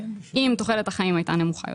אם תוחלת החיים הייתה נמוכה יותר,